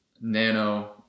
Nano